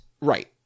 Right